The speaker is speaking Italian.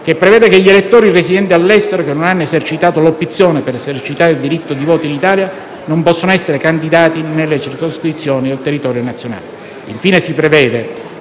che prevede che gli elettori residenti all'estero che non hanno esercitato l'opzione per esercitare il diritto di voto in Italia, non possono essere candidati nelle circoscrizioni del territorio nazionale). Infine, si prevede